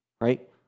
right